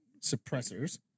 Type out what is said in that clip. Suppressors